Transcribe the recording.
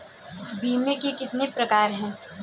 बीमे के कितने प्रकार हैं?